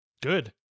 Good